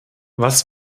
was